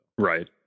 right